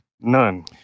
None